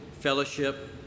fellowship